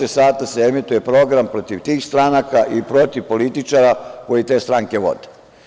Dvadeset i četiri sata se emituje program protiv tih stranaka i protiv političara koji te stranke vode.